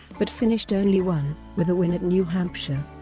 but finished only one, with a win at new hampshire.